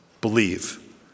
Believe